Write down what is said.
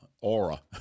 aura